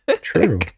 true